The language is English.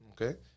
Okay